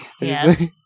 Yes